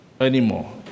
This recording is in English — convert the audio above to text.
anymore